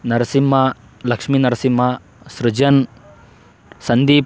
Narasimha Lakshmi Narasimha Srujan Sandeep